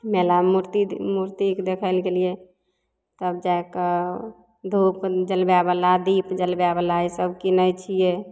मेलामे मूर्ति मूर्तिके देखैला गेलियै तब जा कऽ धुप जलबै वला दीप जलबै वला ईसब किनै छियै